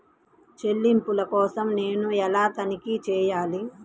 చెల్లింపుల కోసం నేను ఎలా తనిఖీ చేయాలి?